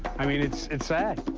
i mean, it's it's sad.